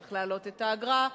צריך להעלות את האגרה,